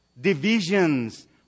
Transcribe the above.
Divisions